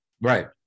Right